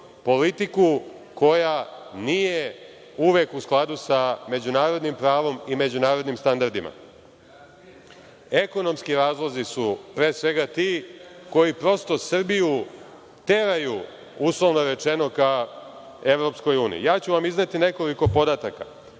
politiku koja nije uvek u skladu sa međunarodnim pravom i međunarodnim standardima. Ekonomski razlozi su, pre svega, ti koji prosto Srbiju teraju, uslovno rečeno, ka Evropskoj uniji. Izneću vam nekoliko podataka.